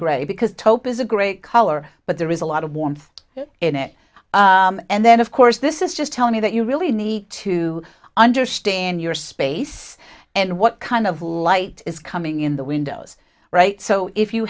gray because the top is a great color but there is a lot of warmth in it and then of course this is just telling you that you really need to understand your space and what kind of light is coming in the windows right so if you